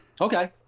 Okay